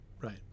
Right